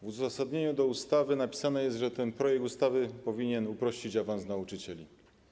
W uzasadnieniu ustawy napisane jest, że ten projekt ustawy powinien uprościć awans nauczycieli.